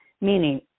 meaning